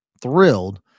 thrilled